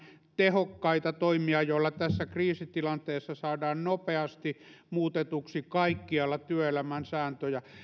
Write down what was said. tehokkaita toimia joilla tässä kriisitilanteessa saadaan nopeasti muutetuksi kaikkialla työelämän sääntöjä